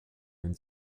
den